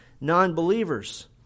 non-believers